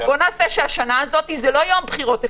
בוא נעשה שהשנה זה לא יהיה יום בחירות אחד,